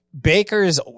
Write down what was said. Baker's